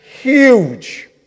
huge